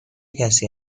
کسی